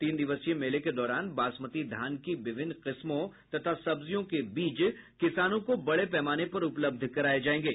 तीन दिवसीय मेले के दौरान बासमती धान की विभिन्न किस्मों तथा सब्जियों के बीज किसानों को बड़े पैमाने पर उपलब्ध कराये जायेंगे